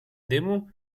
dymu